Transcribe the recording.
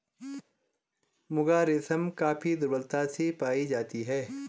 मुगा रेशम काफी दुर्लभता से पाई जाती है